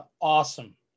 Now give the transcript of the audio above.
awesome